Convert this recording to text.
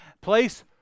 place